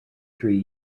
three